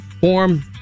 form